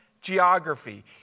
geography